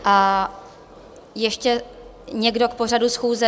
A ještě někdo k pořadu schůze?